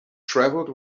travelled